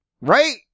right